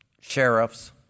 sheriffs